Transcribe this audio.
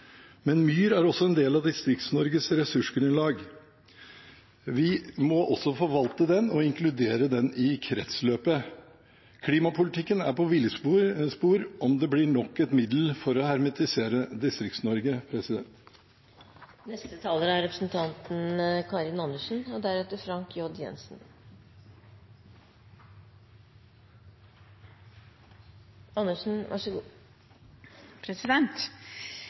Men myr er også en del av Distrikts-Norges ressursgrunnlag. Vi må også forvalte den og inkludere den i kretsløpet. Klimapolitikken er på villspor om det blir nok et middel for å hermetisere Distrikts-Norge. Aldri har vel en regjering brukt så